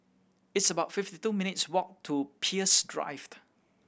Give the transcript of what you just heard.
it's about fifty two minutes' walk to Peirce Drived